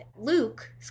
Luke